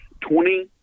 Twenty